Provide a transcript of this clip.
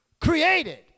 Created